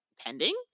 pending